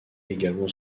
également